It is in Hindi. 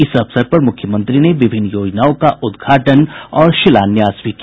इस अवसर पर मुख्यमंत्री ने विभिन्न योजनाओं का उद्घाटन और शिलान्यास भी किया